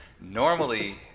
Normally